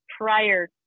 prior